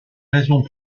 raisons